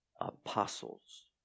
apostles